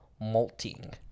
Molting